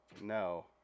No